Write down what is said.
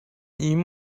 ihm